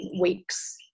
weeks